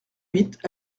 huit